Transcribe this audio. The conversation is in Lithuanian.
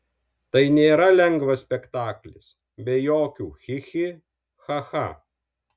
tai nėra lengvas spektaklis be jokių chi chi cha cha